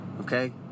Okay